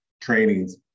trainings